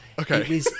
okay